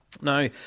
Now